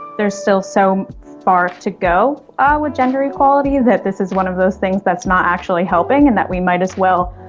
they're still so far to go ah with gender equality that this is one of those things that's not actually helping and that we might as well.